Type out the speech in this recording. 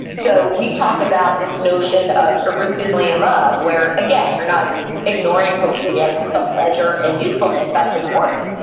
so we talk about this notion of aristocratically in love, where again, you're not ignoring, hopefully you have some pleasure and usefulness, that's important,